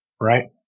right